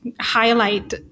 highlight